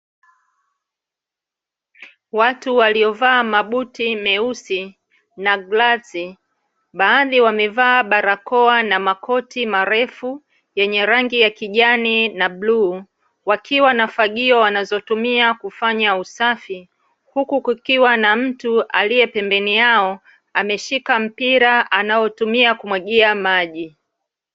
Watu waliovaa mabuti meusi na glavzi, baadhi wamevaa barakoa na makoti marefu yenye rangi ya kijani na bluu, wakiwa na fagio wanazotumia kufanya usafi, huku kukiwa na mtu aliye pembeni yao ameshika mpira anaotumia kumwagia maji .